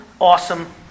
awesome